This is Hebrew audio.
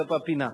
זה בפינה.